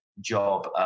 job